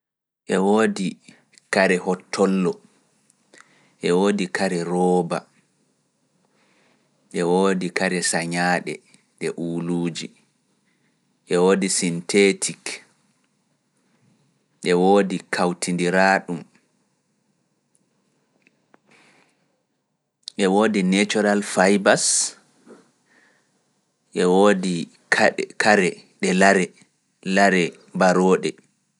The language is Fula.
Ewoodi kare hotollo, e woodi kare rooba, e woodi kare sañaaɗe e uuluuji, e woodi syntetik, e woodi kawtindiraaɗum, e woodi natural faybas, e woodi kare e lare, lare barooɗe.